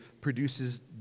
produces